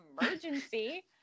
emergency